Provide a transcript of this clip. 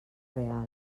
real